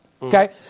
Okay